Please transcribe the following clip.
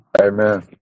Amen